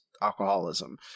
alcoholism